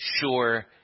sure